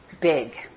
big